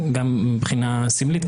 גם מבחינה סמלית,